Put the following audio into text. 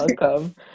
welcome